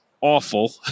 awful